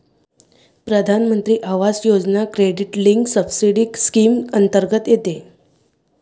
प्रधानमंत्री Awas Yojana credit linked subsidy scheme अंतर्गत येते